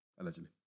allegedly